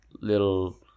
little